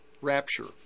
rapture